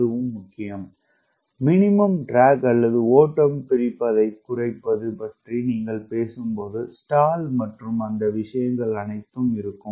அதுவும் முக்கியம் minimum drag அல்லது ஓட்டம் பிரிப்பதைக் குறைப்பது பற்றி நீங்கள் பேசும்போது ஸ்டால் மற்றும் அந்த விஷயங்கள் அனைத்தும் இருக்கும்